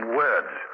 words